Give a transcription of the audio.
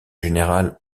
général